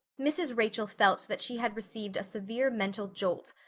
mrs. rachel felt that she had received a severe mental jolt.